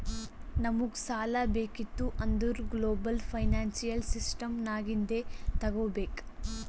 ನಮುಗ್ ಸಾಲಾ ಬೇಕಿತ್ತು ಅಂದುರ್ ಗ್ಲೋಬಲ್ ಫೈನಾನ್ಸಿಯಲ್ ಸಿಸ್ಟಮ್ ನಾಗಿಂದೆ ತಗೋಬೇಕ್